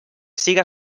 siga